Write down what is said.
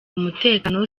umutekano